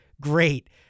great